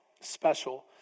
special